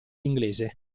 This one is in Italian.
l’inglese